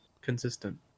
consistent